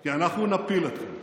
כי אנחנו נפיל אתכם.